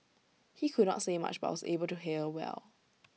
he could not say much but was able to hear well